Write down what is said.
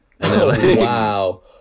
Wow